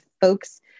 folks